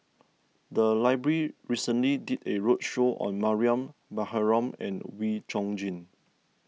the library recently did a roadshow on Mariam Baharom and Wee Chong Jin